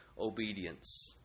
obedience